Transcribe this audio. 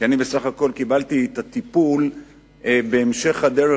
אני בסך הכול קיבלתי את הטיפול בהמשך הדרך,